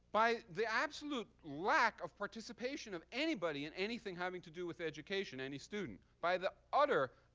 by the absolute lack of participation of anybody in anything having to do with education, any student, by the utter